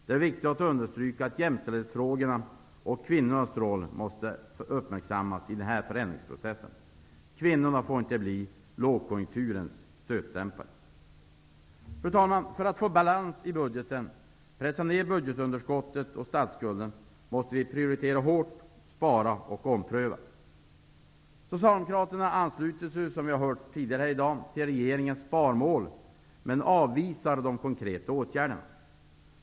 Det är viktigt att understryka att jämställdhetsfrågorna och kvinnornas roll måste uppmärksammas i förändringsprocessen. Kvinnorna får inte bli lågkonjunkturens stötdämpare! Fru talman! För att få balans i budgeten, pressa ned budgetunderskottet och statsskulden måste vi prioritera hårt, spara och ompröva. Socialdemokraterna ansluter sig, som vi har hört tidigare i dag, till regeringens sparmål men avvisar de konkreta åtgärderna.